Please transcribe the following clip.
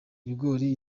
ibigori